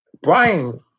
Brian